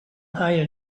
higher